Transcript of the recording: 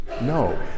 no